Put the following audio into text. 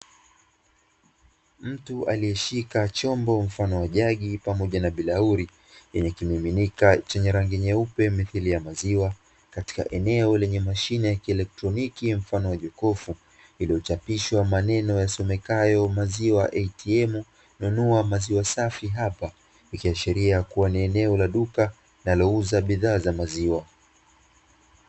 Mtu aliyeshika chombo mfano jagi pamoja na bilauri yenye kimiminika chenye rangi nyeupe mithili ya maziwa, katika eneo lenye mashine ya kielektroniki mfano wa jokofu iliyochapishwa maneno yasomekayo "maziwa ya atm nunua maziwa safi hapa"; ikiashiria kuwa ni eneo la duka linalouza bidhaa za maziwa.